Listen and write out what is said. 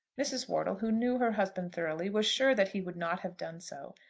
mrs. wortle, who knew her husband thoroughly, was sure that he would not have done so.